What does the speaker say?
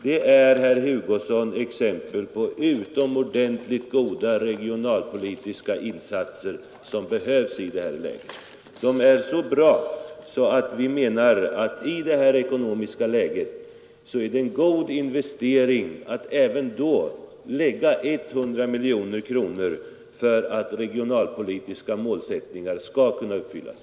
Det är, herr Hugosson, exempel på utomordentligt goda regionalpolitiska insatser som behövs i det här läget. De är så bra att vi anser att det även i nuvarande ekonomiska läge är en god investering att anslå 100 miljoner kronor för att kunna uppfylla den regionalpolitiska målsättningen.